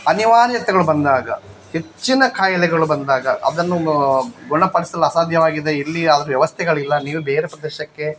ಅನಿವಾರ್ಯತೆಗಳು ಬಂದಾಗ ಹೆಚ್ಚಿನ ಕಾಯಿಲೆಗಳು ಬಂದಾಗ ಅದನ್ನು ಗುಣಪಡಿಸಲು ಅಸಾಧ್ಯವಾಗಿದೆ ಇಲ್ಲಿ ಆ ವ್ಯವಸ್ಥೆಗಳಿಲ್ಲ ನೀವು ಬೇರೆ ಪ್ರದೇಶಕ್ಕೆ